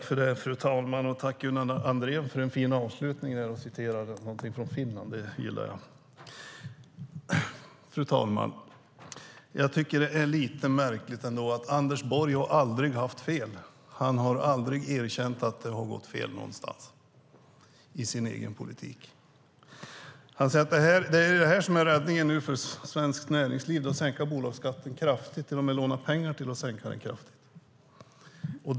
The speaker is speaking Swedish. Fru talman! Tack för en fin avslutning där du citerade någonting från Finland, Gunnar Andrén! Det gillar jag. Fru talman! Jag tycker att det är lite märkligt att Anders Borg aldrig har haft fel. Han har aldrig erkänt att det har gått fel någonstans i den egna politiken. Han säger att det är räddningen för svenskt näringsliv att sänka bolagsskatten kraftigt och till och med låna pengar till att sänka den kraftigt.